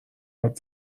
هات